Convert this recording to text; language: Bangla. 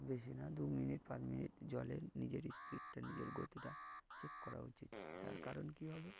বেশি না দু মিনিট পাঁচ মিনিট জলে নিজের স্পিডটা নিজের গতিটা চেক করা উচিত তার কারণ কী হবে